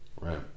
Right